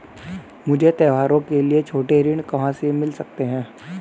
मुझे त्योहारों के लिए छोटे ऋण कहां से मिल सकते हैं?